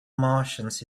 martians